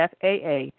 faa